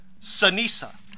Sanisa